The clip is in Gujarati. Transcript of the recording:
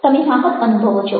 તમે રાહત અનુભવો છો